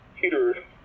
Peter